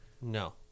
No